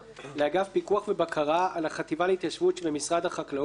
לאגף פיקוח ובקרה על החטיבה להתיישבות שבמשרד החקלאות (להלן,